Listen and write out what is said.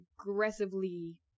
aggressively